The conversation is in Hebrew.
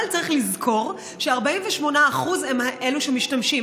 אבל צריך לזכור ש-48% הם אלו שמשתמשים.